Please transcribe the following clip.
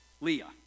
Leah